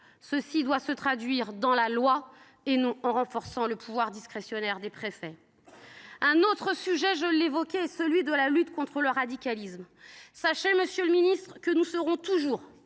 Cela doit se traduire dans la loi et non en renforçant le pouvoir discrétionnaire des préfets. Autre sujet, celui de la lutte contre le radicalisme. Sachez, monsieur le ministre, que nous serons toujours